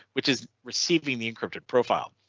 which is receiving the encrypted profile.